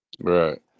Right